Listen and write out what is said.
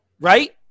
Right